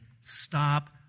stop